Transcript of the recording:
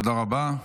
תודה רבה.